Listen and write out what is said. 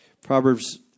Proverbs